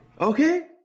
okay